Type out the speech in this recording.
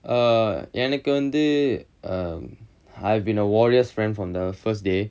err எனக்கு வந்து:enakku vanthu err I've been a warriors friend from the first day